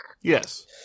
Yes